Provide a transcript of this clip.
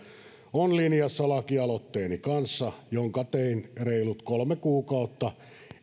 on linjassa lakialoitteeni kanssa jonka tein reilut kolme kuukautta